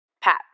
Pat